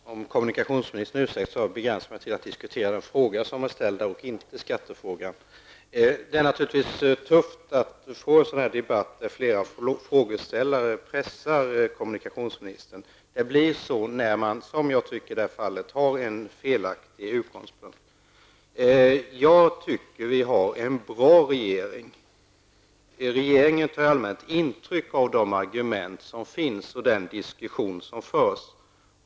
Herr talman! Om kommunikationsministern ursäktar mig begränsar jag mig till att debattera den fråga som var ställd, inte skattefrågan. Det är naturligtvis tufft att få en debatt där flera frågeställare pressar kommunikationsministern. Det blir så när man -- som kommunikationsministern i det här fallet -- har en felaktig utgångspunkt. Jag tycker att vi har en bra regering. Regeringen tar i allmänhet intryck av de argument som finns och den diskussion som förs.